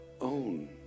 own